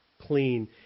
clean